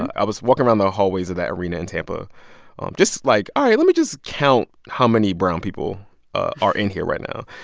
i was walking around the hallways of that arena in tampa just, like, all right. let me just count how many brown people are in here right now.